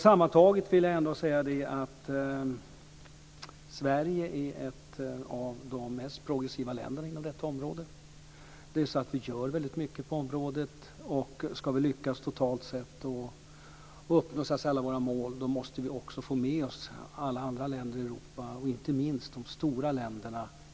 Sammantaget kan man säga att Sverige är ett av de mest progressiva länderna på området. Vi gör väldigt mycket, men om vi ska lyckas totalt sett och uppnå alla våra mål så måste vi få med oss alla andra länder i Europa och inte minst de stora länderna.